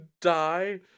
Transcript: die